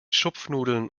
schupfnudeln